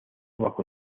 bajo